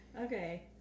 okay